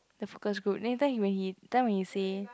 the focus group then later when he done when he say